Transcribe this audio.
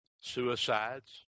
suicides